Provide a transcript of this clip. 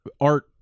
art